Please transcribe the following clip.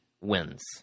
wins